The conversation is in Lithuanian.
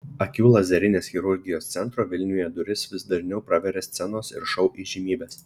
akių lazerinės chirurgijos centro vilniuje duris vis dažniau praveria scenos ir šou įžymybės